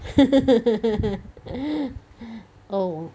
oh